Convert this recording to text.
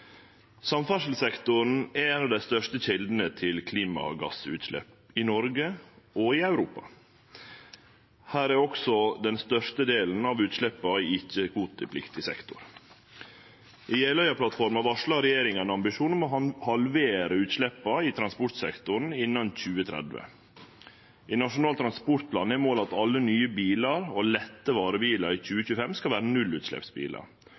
Samferdselssektoren er ei av dei største kjeldene til klimagassutslepp i Noreg og i Europa. Her er også den største delen av utsleppa i ikkje-kvotepliktig sektor. I Jeløya-plattforma varsla regjeringa ein ambisjon om å halvere utsleppa i transportsektoren innan 2030. I Nasjonal transportplan er målet at alle nye bilar og lette varebilar i 2025 skal vere nullutsleppsbilar,